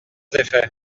effet